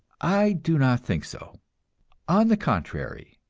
i do not think so on the contrary,